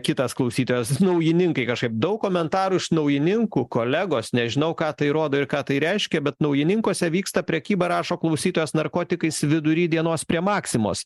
kitas klausytojas naujininkai kažkaip daug komentarų iš naujininkų kolegos nežinau ką tai rodo ir ką tai reiškia bet naujininkuose vyksta prekyba rašo klausytojas narkotikais vidury dienos prie maksimos